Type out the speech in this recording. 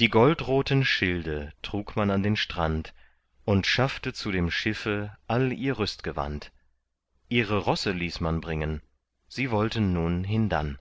die goldroten schilde trug man an den strand und schaffte zu dem schiffe all ihr rüstgewand ihre rosse ließ man bringen sie wollten nun hindann